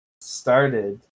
started